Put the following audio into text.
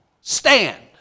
stand